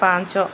ପାଞ୍ଚ